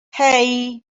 hey